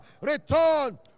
return